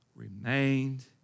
remained